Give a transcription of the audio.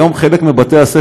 היום חלק מבתי-הספר,